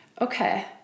okay